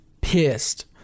pissed